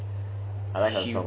I like her song